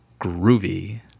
groovy